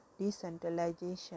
Decentralization